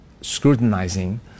scrutinizing